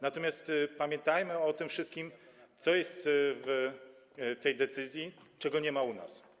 Natomiast pamiętajmy o tym wszystkim, co jest w tej decyzji, czego nie ma u nas.